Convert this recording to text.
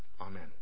Amen